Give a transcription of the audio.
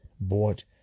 bought